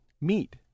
meet